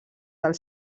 del